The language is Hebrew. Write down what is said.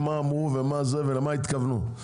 השר שלנו,